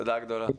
תודה גדולה.